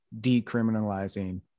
decriminalizing